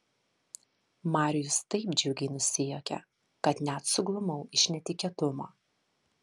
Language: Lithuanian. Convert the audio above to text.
marijus taip džiugiai nusijuokė kad net suglumau iš netikėtumo